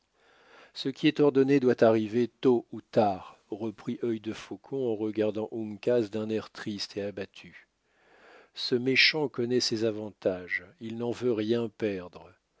ce qui est ordonné doit arriver tôt ou tard reprit œil defaucon en regardant uncas d'un air triste et abattu ce méchant connaît ses avantages il n'en veut rien perdre